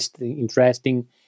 interesting